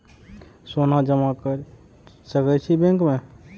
सोना जमा कर सके छी बैंक में?